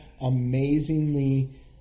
amazingly